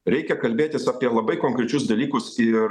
reikia kalbėtis apie labai konkrečius dalykus ir